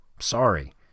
sorry